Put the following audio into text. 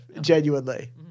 genuinely